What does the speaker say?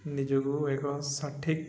ନିଜକୁ ଏକ ସଠିକ୍